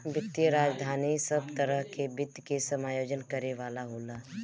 वित्तीय राजधानी सब तरह के वित्त के समायोजन करे वाला होला